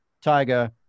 Tiger